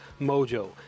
Mojo